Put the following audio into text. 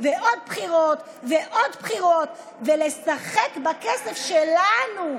ועוד בחירות ועוד בחירות ולשחק בכסף שלנו,